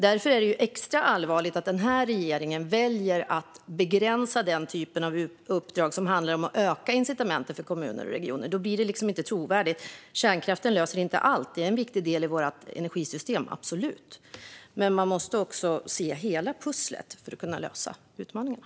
Därför är det extra allvarligt att regeringen väljer att begränsa den typen av uppdrag som handlar om att öka incitamenten för kommuner och regioner. Då blir det inte trovärdigt. Kärnkraften löser inte allt. Det är en viktig del i vårt energisystem, absolut. Men man måste också se hela pusslet för att kunna lösa utmaningarna.